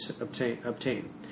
obtain